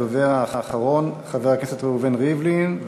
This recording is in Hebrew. הדובר האחרון, חבר הכנסת ראובן ריבלין.